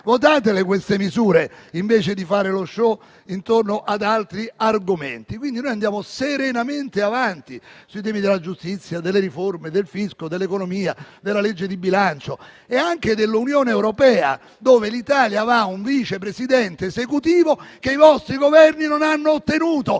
Votatele queste misure, invece di fare lo *show* intorno ad altri argomenti. Quindi, noi andiamo serenamente avanti sui temi della giustizia, delle riforme, del fisco, dell'economia, della legge di bilancio e anche dell'Unione europea, dove l'Italia avrà un Vice Presidente esecutivo che i vostri Governi non hanno ottenuto